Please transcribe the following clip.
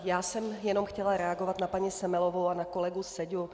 Já jsem jenom chtěla reagovat na paní Semelovou a na kolegu Seďu.